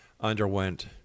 underwent